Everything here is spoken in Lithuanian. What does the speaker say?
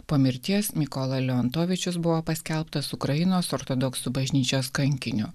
po mirties mikola leonotvičius buvo paskelbtas ukrainos ortodoksų bažnyčios kankiniu